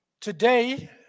today